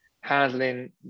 handling